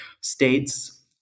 states